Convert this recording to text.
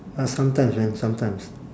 uh sometimes man sometimes